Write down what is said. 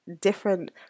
different